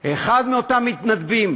אחד מאותם מתנדבים